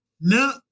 no